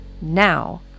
Now